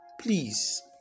please